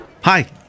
hi